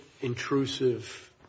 intrusive